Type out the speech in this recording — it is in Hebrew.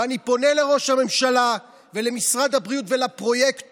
ואני פונה לראש הממשלה ולמשרד הבריאות ולפרויקטור: